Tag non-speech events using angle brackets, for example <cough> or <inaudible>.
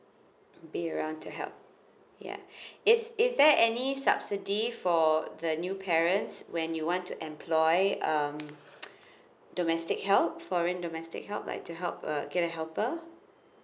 be around to help ya <breath> is is there any subsidy for the new parents when you want to employee um <noise> domestic help foreign domestic help like to help uh get a helper